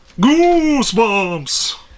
Goosebumps